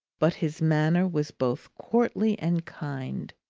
but his manner was both courtly and kind.